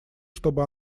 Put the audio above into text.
чтобы